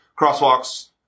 crosswalks